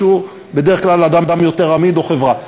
שהוא בדרך כלל אדם יותר אמיד או חברה.